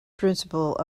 principle